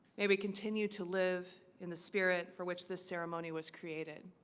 may we continue to live in the spirit for which this ceremony was created